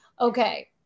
Okay